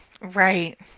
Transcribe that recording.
Right